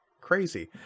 Crazy